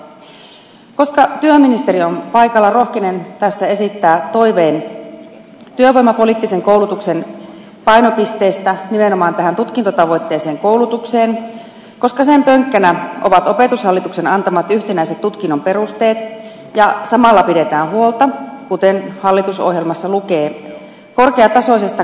koska työministeri on paikalla rohkenen tässä esittää toiveen työvoimapoliittisen koulutuksen painopisteestä nimenomaan tähän tutkintotavoitteiseen koulutukseen koska sen pönkkänä ovat opetushallituksen antamat yhtenäiset tutkinnon perusteet ja samalla pidetään huolta kuten hallitusohjelmassa lukee korkeatasoisesta koulutuksen hankinnasta